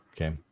Okay